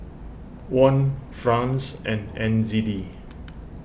Won France and N Z D